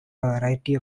variety